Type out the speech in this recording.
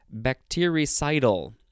bactericidal